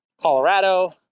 Colorado